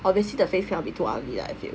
obviously the face cannot be too ugly lah I feel